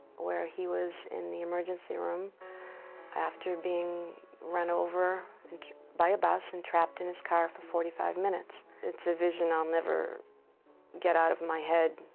where he was in the emergency room after being run over by a bus and trapped in his car for forty five minutes. it's a vision i'll never get out of my head.